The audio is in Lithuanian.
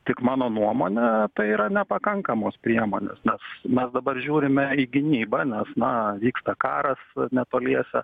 tik mano nuomone tai yra nepakankamos priemonės nes mes dabar žiūrime į gynybą nes na vyksta karas netoliese